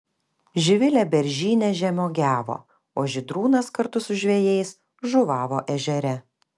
živilė beržyne žemuogiavo o žydrūnas kartu su žvejais žuvavo ežere